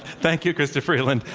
thank you, chrystia freeland.